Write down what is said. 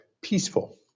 peaceful